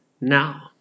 now